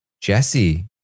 Jesse